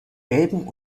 gelbem